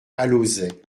alauzet